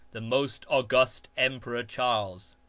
the most august emperor charles.